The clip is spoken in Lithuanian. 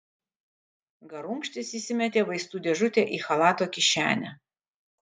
garunkštis įsimetė vaistų dėžutę į chalato kišenę